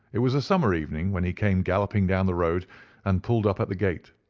it was a summer evening when he came galloping down the road and pulled up at the gate.